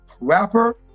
rapper